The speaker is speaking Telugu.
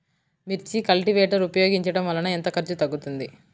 మిర్చి కల్టీవేటర్ ఉపయోగించటం వలన ఎంత ఖర్చు తగ్గుతుంది?